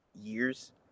years